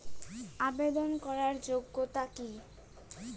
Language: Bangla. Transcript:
আবেদন করার যোগ্যতা কি?